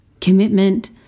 commitment